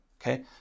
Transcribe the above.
Okay